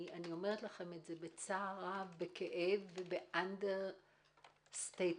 אני אומרת את זה בכאב ובאנדר סטייטמנט,